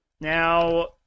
Now